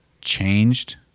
changed